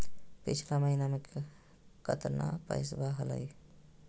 पिछला महीना मे कतना पैसवा हलय?